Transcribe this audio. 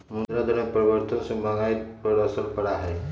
मुद्रा दर में परिवर्तन से महंगाई पर असर पड़ा हई